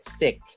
sick